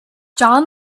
john